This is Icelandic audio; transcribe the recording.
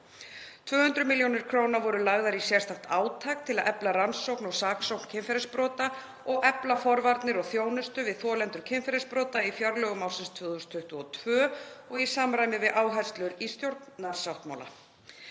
200 millj. kr. voru lagðar í sérstakt átak til að efla rannsókn og saksókn kynferðisbrota og efla forvarnir og þjónustu við þolendur kynferðisbrota í fjárlögum ársins 2022 og í samræmi við áherslur í stjórnarsáttmála.